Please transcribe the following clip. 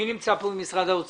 מי נמצא כאן ממשרד האוצר?